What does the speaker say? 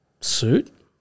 suit